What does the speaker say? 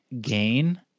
gain